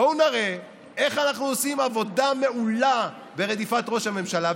בואו נראה איך אנחנו עושים עבודה מעולה ברדיפת ראש הממשלה.